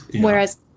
whereas